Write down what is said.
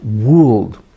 world